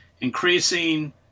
increasing